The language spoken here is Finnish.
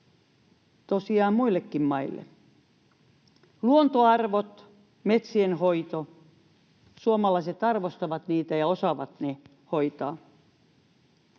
hyödyksi muillekin maille. Luontoarvot, metsien hoito: suomalaiset arvostavat niitä ja osaavat ne hoitaa.